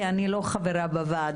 כי אני לא חברה בוועדה.